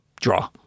draw